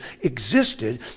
existed